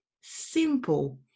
simple